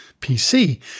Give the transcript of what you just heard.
PC